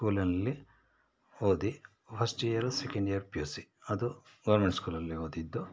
ಸ್ಕೂಲಲ್ಲಿ ಓದಿ first year second year P U C ಅದು ಗೌರ್ಮೆಂಟ್ ಸ್ಕೂಲಲ್ಲಿ ಓದಿದ್ದು